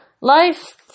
Life